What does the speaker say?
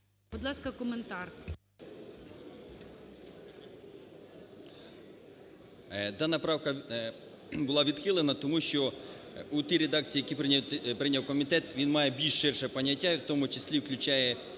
Дана правка була відхилена, тому що у тій редакції, в якій прийняв комітет, він має більш ширше поняття і у тому числі включає